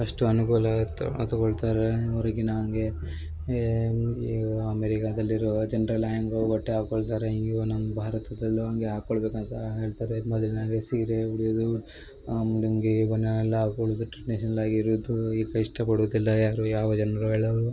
ಅಷ್ಟು ಅನುಕೂಲವಿತ್ತು ತಗೋಳ್ತಾರೆ ಹೊರ್ಗಿನ ಹಾಗೆ ಈಗ ಅಮೇರಿಕಾದಲ್ಲಿರುವ ಜನರೆಲ್ಲ ಹ್ಯಾಂಗೋ ಬಟ್ಟೆ ಹಾಕೋಳ್ತಾರೆ ಹೀಗೋ ನಮ್ಮ ಭಾರತದಲ್ಲೂ ಹಾಗೆ ಹಾಕೊಳ್ಬೇಕು ಅಂತ ಹೇಳ್ತಾರೆ ಮೊದಲಿನಾಂಗೆ ಸೀರೆ ಉಡೋದು ಲುಂಗಿ ಬನ್ಯಾನ್ ಎಲ್ಲಾ ಹಾಕೊಳ್ಳುದು ಟ್ರೆಡಿಷ್ನಲ್ ಆಗಿ ಇರುದು ಈಗ ಇಷ್ಟಪಡುದೆಲ್ಲ ಯಾರು ಯಾವಾಗ ಜನರು ಎಲ್ಲರು